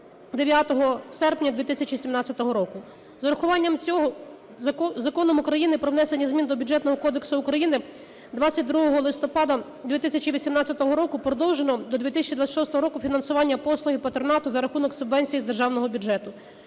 9 серпня 2017 року. З врахуванням цього Законом України "Про внесення змін до Бюджетного кодексу України" 22 листопада 2018 року продовжено до 2026 року фінансування послуги патронату за рахунок субвенції з державного бюджету.